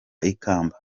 ikamba